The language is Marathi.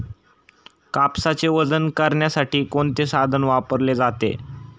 कापसाचे वजन करण्यासाठी कोणते साधन वापरले जाते?